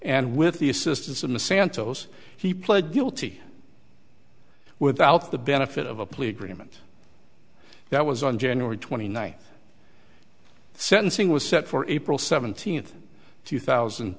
and with the assistance of the santos he pled guilty without the benefit of a plea agreement that was on january twenty ninth sentencing was set for april seventeenth two thousand